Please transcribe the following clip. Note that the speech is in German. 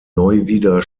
neuwieder